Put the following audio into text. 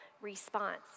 response